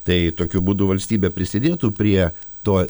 tai tokiu būdu valstybė prisidėtų prie tuo